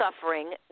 suffering